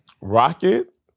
Rocket